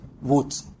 vote